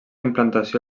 implantació